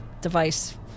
device